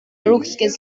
ruhiges